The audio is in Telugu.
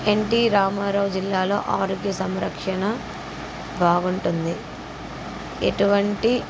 ఎన్టి రామారావు జిల్లాలో ఆరోగ్య సంరక్షణ బాగుంటుంది ఎటువంటి